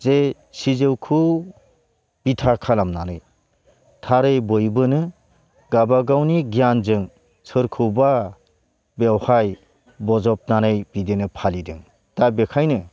जे सिजौखौ बिथा खालामनानै थारै बयबोनो गाबागावनि गियानजों सोरखौबा बेवहाय बजबनानै बिदिनो फालिदों दा बेखायनो